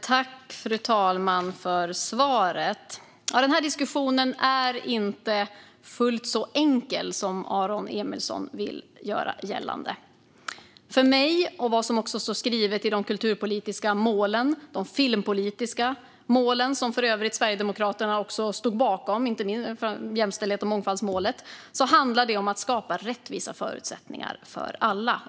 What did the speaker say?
Fru talman! Denna diskussion är inte fullt så enkel som Aron Emilsson vill göra gällande. För mig, och enligt vad som står skrivet i de kulturpolitiska och filmpolitiska målen, som också Sverigedemokraterna för övrigt stod bakom, inte minst jämställdhets och mångfaldsmålet, handlar det om att skapa rättvisa förutsättningar för alla.